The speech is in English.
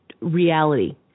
reality